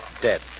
dead